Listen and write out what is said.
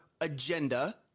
agenda